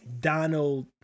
Donald